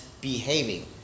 behaving